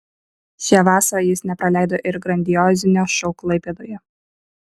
šią vasarą jis nepraleido ir grandiozinio šou klaipėdoje